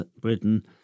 Britain